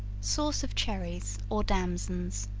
sauce of cherries, or damsons.